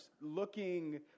looking